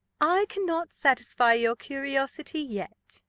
i cannot satisfy your curiosity yet,